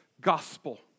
gospel